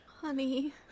Honey